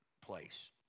place